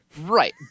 Right